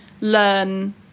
learn